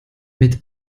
mit